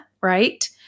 right